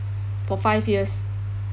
for five years